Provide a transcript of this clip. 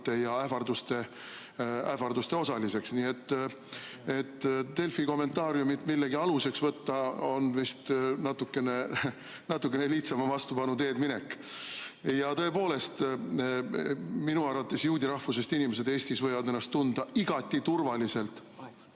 ja ähvarduste osaliseks. Nii et Delfi kommentaariumit millegi aluseks võtta on vist natukene lihtsama vastupanu teed minek. Ja tõepoolest, minu arvates juudi rahvusest inimesed Eestis võivad ennast tunda igati turvaliselt